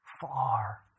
far